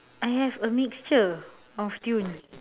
I have a mixture of tunes